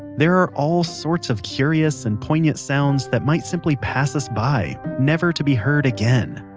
there are all sorts of curious and poignant sounds that might simply pass us by, never to be heard again.